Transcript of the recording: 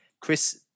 Chris